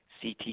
CT